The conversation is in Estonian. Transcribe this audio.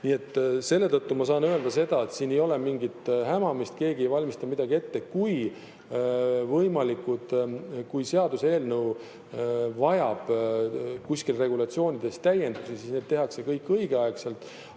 Nii et selle tõttu ma saan öelda seda, et siin ei ole mingit hämamist, keegi ei valmista midagi ette. Kui seaduseelnõu vajab kuskil regulatsioonides täiendusi, siis need tehakse kõik õigeaegselt.